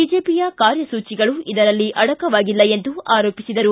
ಬಿಜೆಪಿಯ ಕಾರ್ಯಸೂಚಿಗಳು ಇದರಲ್ಲಿ ಅಡಕವಾಗಿಲ್ಲ ಎಂದು ಆರೋಪಿಸಿದರು